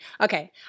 Okay